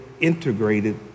integrated